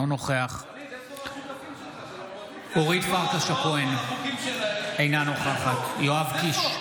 אינו נוכח אורית פרקש הכהן, אינה נוכחת יואב קיש,